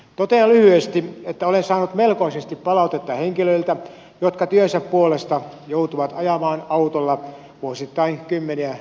totean lyhyesti että olen saanut melkoisesti palautetta henkilöiltä jotka työnsä puolesta joutuvat ajamaan autolla vuosittain kymmeniätuhansia kilometrejä